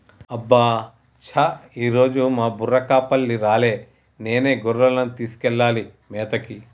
అబ్బ చా ఈరోజు మా బుర్రకపల్లి రాలే నేనే గొర్రెలను తీసుకెళ్లాలి మేతకి